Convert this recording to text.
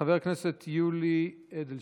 חבר הכנסת יולי אדלשטיין.